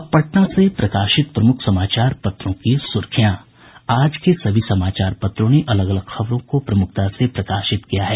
अब पटना से प्रकाशित प्रमुख समाचार पत्रों की सुर्खियां आज के सभी समाचार पत्रों ने अलग अलग खबरों को प्रमुखता से प्रकाशित किया है